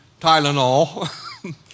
Tylenol